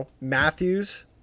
Matthews